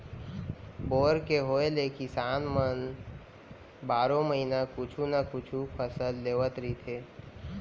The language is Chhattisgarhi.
बोर के होए ले किसान मन बारो महिना कुछु न कुछु फसल लेवत रहिथे